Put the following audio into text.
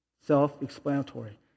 Self-explanatory